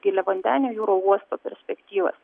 giliavandenio jūrų uosto perspektyvas